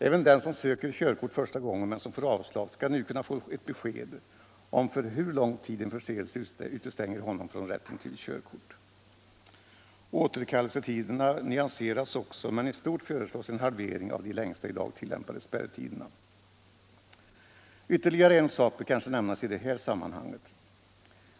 Även den som söker körkort första gången men som får avslag skall nu kunna få ett besked om för hur lång tid en förseelse utestänger honom från rätten till körkort. Återkallelsetiderna nyanseras också men i stort föreslås en halvering av de längsta i dag tillämpade spärrtiderna. Ytterligare en sak bör kanske nämnas i det här sammanhanget.